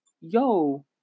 yo